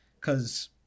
Cause